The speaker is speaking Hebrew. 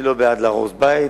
אני לא בעד להרוס בית,